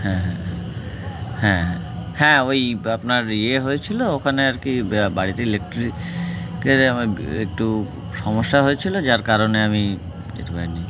হ্যাঁ হ্যাঁ হ্যাঁ হ্যাঁ হ্যাঁ হ্যাঁ ওই আপনার ইয়ে হয়েছিলো ওখানে আর কি বাড়িতে ইলেকট্রিকের একটু সমস্যা হয়েছিলো যার কারণে আমি যেতে পারিনি